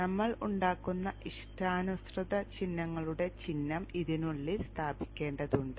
നമ്മൾ ഉണ്ടാക്കുന്ന ഇഷ്ടാനുസൃത ചിഹ്നങ്ങളുടെ ചിഹ്നം ഇതിനുള്ളിൽ സ്ഥാപിക്കേണ്ടതുണ്ട്